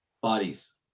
bodies